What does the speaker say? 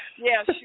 Yes